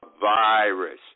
virus